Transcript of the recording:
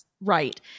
Right